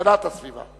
התש"ע 2010,